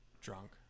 drunk